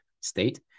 state